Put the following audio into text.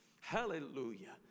hallelujah